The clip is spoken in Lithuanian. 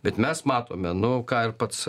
bet mes matome nu ką ir pats